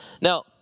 Now